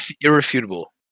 irrefutable